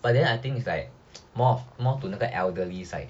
but then I think it's like more more to 那个 elderly side